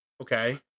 okay